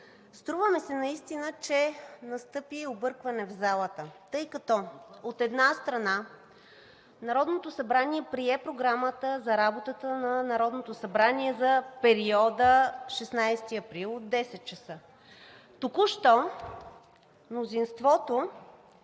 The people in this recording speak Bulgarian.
Струва ми се наистина, че настъпи объркване в залата, тъй като, от една страна, Народното събрание прие Програмата за работата на Народното събрание за периода 16 април от 10,00 ч. Току-що мнозинството